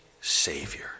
Savior